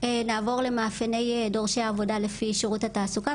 נעבור למאפייני דורשי העבודה על פי שירות התעסוקה,